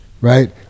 right